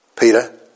Peter